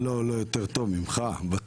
בטוח לא יותר טוב ממך.